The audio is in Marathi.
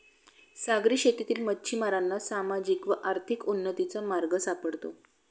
सागरी शेतीतील मच्छिमारांना सामाजिक व आर्थिक उन्नतीचा मार्ग सापडतो